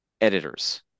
editors